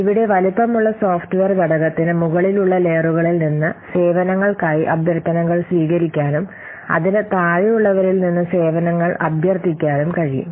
ഇവിടെ വലുപ്പമുള്ള സോഫ്റ്റ്വെയർ ഘടകത്തിന് മുകളിലുള്ള ലെയറുകളിൽ നിന്ന് സേവനങ്ങൾക്കായി അഭ്യർത്ഥനകൾ സ്വീകരിക്കാനും അതിന് താഴെയുള്ളവരിൽ നിന്ന് സേവനങ്ങൾ അഭ്യർത്ഥിക്കാനും കഴിയും